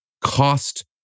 cost